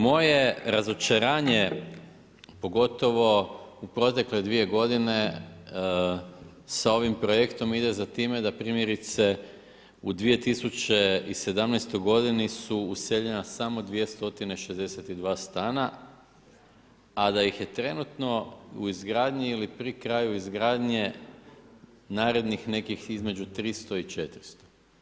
Moje razočaranje, pogotovo u protekle 2 godine sa ovim projektom ide za time da primjerice u 2017. godini su useljena samo 2 stotine 62 stana a da ih je trenutno u izgradnji ili pri kraju izgradnje narednih nekih između 300 i 400.